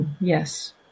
Yes